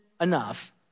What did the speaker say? enough